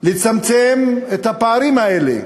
בצמצום הפערים האלה?